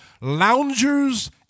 loungers